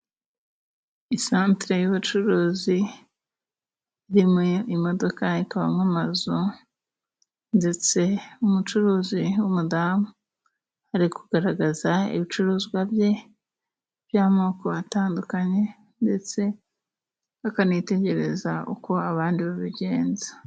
Isantere y'ubucuruzi irimo imodoka, ikabamo amazu, ndetse umucuruzi w'umudamu ari kugaragaza ibicuruzwa bye by'amoko atandukanye, ndetse akanitegereza uko abandi babigenza.